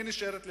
מי נשארת לבד?